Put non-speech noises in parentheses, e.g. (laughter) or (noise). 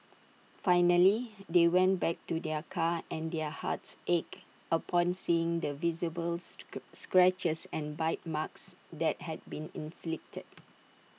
finally they went back to their car and their hearts ached upon seeing the visible (unintelligible) scratches and bite marks that had been inflicted